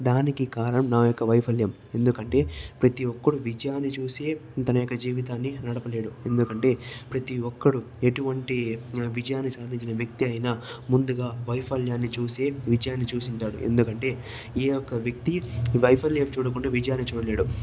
దానికి కారణం నా యొక్క వైఫల్యం ఎందుకంటే ప్రతి ఒక్కడు విజయాన్ని చూసి తన యొక్క జీవితాన్ని నడపలేడు ఎందుకంటే ప్రతి ఒక్కడు ఎటువంటి విజయాన్ని సాధించిన వ్యక్తి అయినా ముందుగా వైఫల్యాన్ని చూసే విజయాన్ని చూసి ఉంటారు ఎందుకంటే ఏ ఒక్క వ్యక్తి వైఫల్యం చూడకుండా విజయాన్ని చూడలేడు